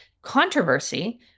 Controversy